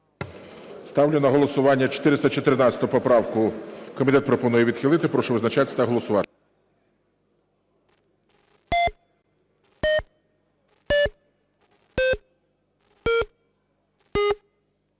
Ставлю на голосування 414 поправку. Комітет пропонує відхилити. Прошу визначатись та голосувати.